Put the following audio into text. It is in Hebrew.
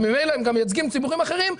וממילא הם גם מייצגים ציבורים אחרים,